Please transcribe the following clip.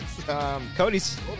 Cody's